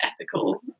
ethical